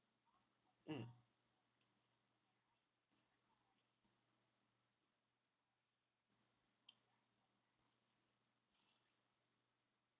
mm